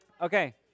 Okay